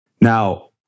Now